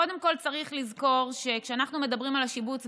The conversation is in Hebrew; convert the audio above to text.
קודם כול צריך לזכור שכשאנחנו מדברים על השיבוץ,